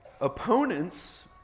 Opponents